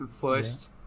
first